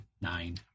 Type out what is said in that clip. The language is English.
Nine